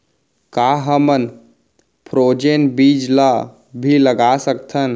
का हमन फ्रोजेन बीज ला भी लगा सकथन?